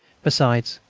besides,